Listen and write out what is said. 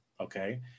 okay